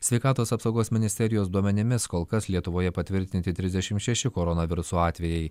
sveikatos apsaugos ministerijos duomenimis kol kas lietuvoje patvirtinti trisdešim šeši koronaviruso atvejai